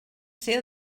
ser